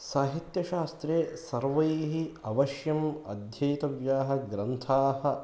साहित्यशास्त्रे सर्वैः अवश्यम् अध्येतव्याः ग्रन्थाः